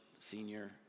senior